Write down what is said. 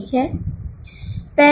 ठीक हैं